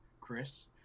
Chris